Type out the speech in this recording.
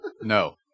No